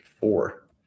four